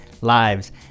lives